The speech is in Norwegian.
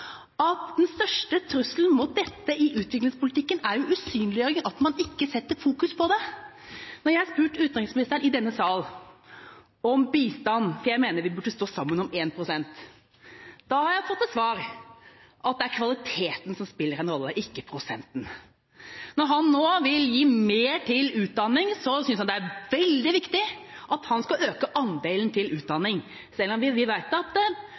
at den største trusselen mot dette i utviklingspolitikken er å usynliggjøre at man ikke setter fokus på det. Når jeg har spurt utenriksministeren i denne sal om bistand, for jeg mener vi burde stå sammen om 1 pst., har jeg fått til svar at det er kvaliteten som spiller en rolle, ikke prosenten. Når han nå vil gi mer til utdanning, synes han det er veldig viktig at han skal øke andelen, selv om vi vet at antall milliarder kroner til utdanning har vært det